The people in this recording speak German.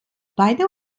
beide